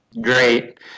Great